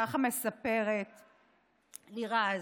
ככה מספרת לירז.